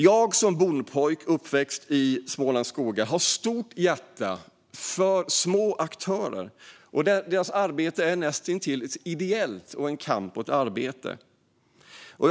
Jag, en bondpojk uppväxt i Smålands skogar, har stort hjärta för små aktörer. Deras arbete är näst intill ideellt och en hård kamp.